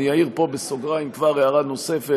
אני אעיר פה בסוגריים כבר הערה נוספת: